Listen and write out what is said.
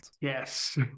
yes